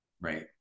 Right